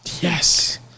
Yes